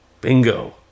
Bingo